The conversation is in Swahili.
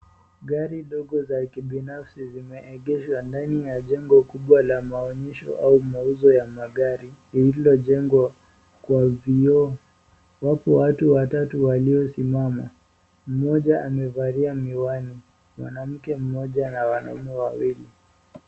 Gari dogo za kibinafsi zimeegeshwa ndani ya jengo kubwa la maonyesho au mauzo ya magari lililojengwa kwa vioo. Wapo watu watatu waliosimama. Mmoja amevalia miwani, mwanamke mmoja na wanaume wawili.